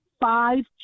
five